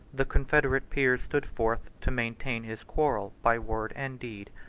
the confederate peers stood forth to maintain his quarrel by word and deed.